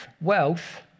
wealth